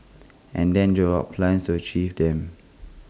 and then draw up plans to achieve them